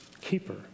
keeper